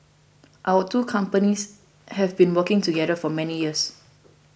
our two companies have been working together for many years